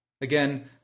again